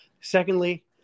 Secondly